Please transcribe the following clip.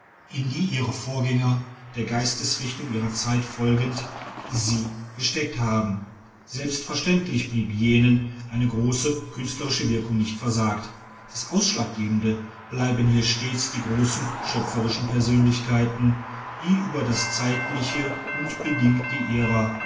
in die ihre vorgänger der geistesrichtung ihrer zeit folgend sie gesteckt haben selbstverständlich blieb jenen eine große künstlerische wirkung nicht versagt das ausschlaggebende bleiben hier stets die großen schöpferischen persönlichkeiten die über das zeitliche und bedingte ihrer